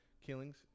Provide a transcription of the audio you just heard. killings